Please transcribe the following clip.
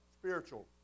Spiritual